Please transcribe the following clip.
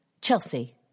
Chelsea